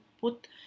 put